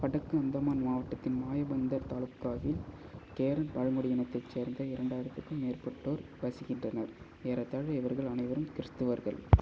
வடக்கு அந்தமான் மாவட்டத்தின் மாயாபந்தர் தாலுகாவில் கேரன் பழங்குடி இனத்தைச் சேர்ந்த இரண்டாயிரத்துக்கும் மேற்பட்டோர் வசிக்கின்றனர் ஏறத்தாழ இவர்கள் அனைவரும் கிறிஸ்துவர்கள்